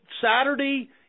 Saturday